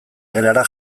gelara